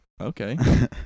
Okay